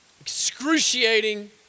excruciating